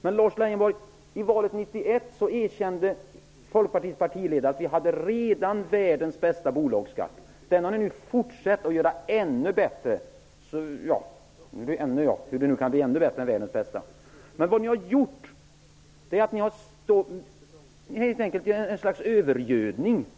Men, Lars Leijonborg, i valet år 1991 erkände Folkpartiets partiledare att Sverige redan hade världens bästa bolagsskatt. Den har ni nu gjort ännu bättre -- om nu världens bästa bolagsskatt kan bli ännu bättre. Ni har helt enkelt gett företagen ett slags övergödning.